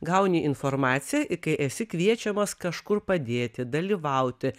gauni informaciją ir kai esi kviečiamas kažkur padėti dalyvauti